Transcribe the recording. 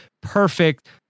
perfect